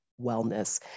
wellness